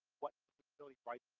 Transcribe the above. what the disability